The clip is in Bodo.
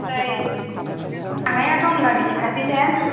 ओमफ्राय थांनायाथ' होनब्ला रेदि खासै ना